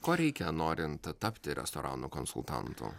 ko reikia norint tapti restoranų konsultantu